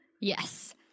Yes